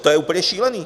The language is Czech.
To je úplně šílený.